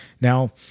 Now